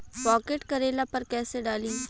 Pocket करेला पर कैसे डाली?